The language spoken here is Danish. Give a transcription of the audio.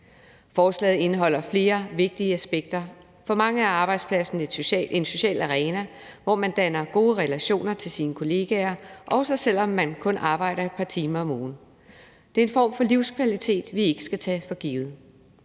Forslaget indeholder flere vigtige aspekter. For mange er arbejdspladsen en social arena, hvor man danner gode relationer til sine kolleger, også selv om man kun arbejder et par timer om ugen. Det er en form for livskvalitet, vi ikke skal tage for givet.